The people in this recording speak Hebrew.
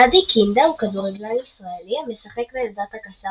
גדי קינדה הוא כדורגלן ישראלי המשחק בעמדת הקשר